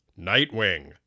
Nightwing